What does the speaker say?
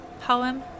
Poem